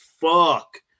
fuck